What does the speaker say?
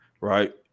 Right